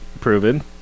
proven